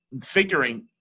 Figuring